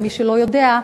למי שלא יודע,